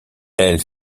elle